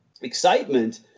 excitement